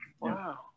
Wow